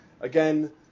again